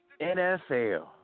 NFL